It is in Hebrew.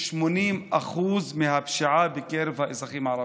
כ-80% מהפשיעה בקרב האזרחים הערבים,